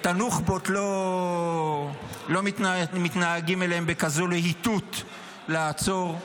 לנוח'בות לא מתנהגים בכזאת להיטות לעצור.